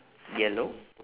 yellow